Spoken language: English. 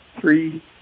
three